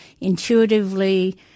Intuitively